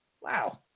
wow